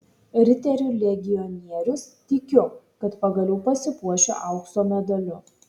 riterių legionierius tikiu kad pagaliau pasipuošiu aukso medaliu